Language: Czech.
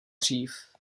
dřív